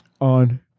on